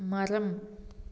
மரம்